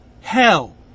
hell